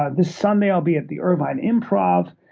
ah this sunday i'll be at the irvine improv.